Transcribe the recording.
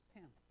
Pam